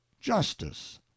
justice